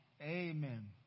Amen